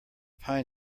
pine